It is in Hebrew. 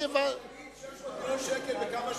תגיד 600 מיליון ש"ח בכמה שנים?